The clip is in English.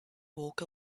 walk